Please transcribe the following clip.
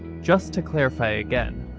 just to clarify again,